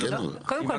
קודם כל,